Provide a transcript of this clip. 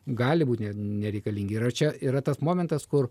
gali būti nereikalingi ir čia yra tas momentas kur